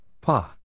Pa